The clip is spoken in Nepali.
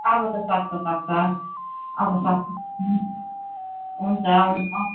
अब त सक्छ सक्छ अब सक्छ हुन्छ हुन्छ